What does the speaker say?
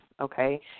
okay